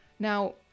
Now